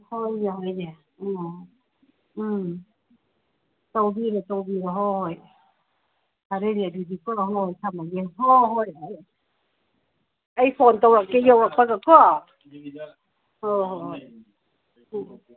ꯍꯣꯏꯅꯦ ꯍꯣꯏꯅꯦ ꯑ ꯑ ꯇꯧꯕꯤꯔꯣ ꯇꯧꯕꯤꯔꯣ ꯍꯣꯏ ꯐꯔꯦꯅꯦ ꯑꯗꯨꯗꯤꯀꯣ ꯍꯣꯏ ꯊꯝꯃꯒꯦ ꯍꯣꯏ ꯍꯣꯏ ꯑꯩ ꯐꯣꯟ ꯇꯧꯔꯛꯀꯦ ꯌꯧꯔꯛꯄꯒꯀꯣ ꯍꯣꯏ ꯍꯣꯏ ꯍꯣꯏ ꯎꯝ